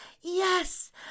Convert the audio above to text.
Yes